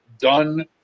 done